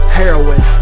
heroin